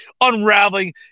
unraveling